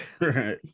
Right